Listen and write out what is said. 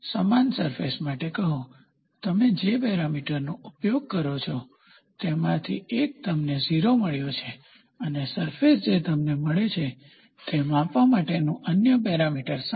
સમાન સરફેસ માટે કહો તમે જે પેરામીટર નો ઉપયોગ કરો છો તેમાંથી એક તમને 0 મળ્યો છે અને સરફેસ જે તમને મળે છે તે માપવા માટેનું અન્ય પેરામીટર 7